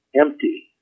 empty